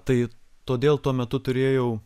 tai todėl tuo metu turėjau